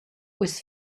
was